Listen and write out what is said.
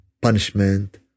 punishment